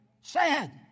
Sad